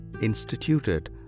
instituted